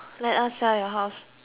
house